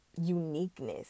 uniqueness